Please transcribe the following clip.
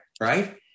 right